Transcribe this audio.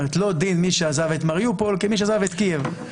לא דין מי שעזב את מריופול כמי שעזב את קייב.